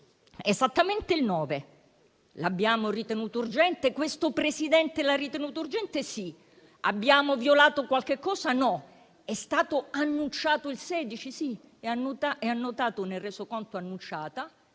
esattamente il 9. L'abbiamo ritenuto urgente? Questo Presidente l'ha ritenuto urgente? Sì. Abbiamo violato qualcosa? No. È stato annunciato il 16? Sì, è annotato nel Resoconto come annunciato,